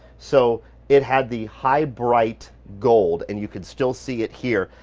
so it had the high bright gold and you can still see it here.